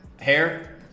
Hair